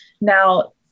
Now